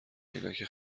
عینک